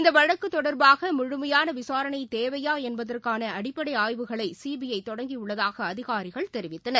இந்தவழக்குதொடர்பாகமுழுமையானவிசாரணைதேவையாஎன்பதற்கானஅடிப்படைஆய்வுகளைச ிபிஐதொடங்கியுள்ளதாகஅதிகாரிகள் தெரிவித்தனர்